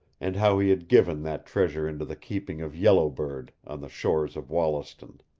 and how he had given that treasure into the keeping of yellow bird, on the shores of wollaston.